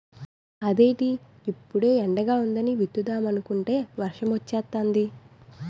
అదేటి ఇప్పుడే ఎండగా వుందని విత్తుదామనుకుంటే వర్సమొచ్చేతాంది